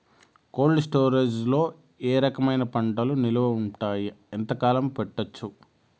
Cold storage లో ఏ రకమైన పంటలు నిలువ ఉంటాయి, ఎంతకాలం పెట్టొచ్చు?